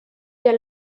der